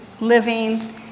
living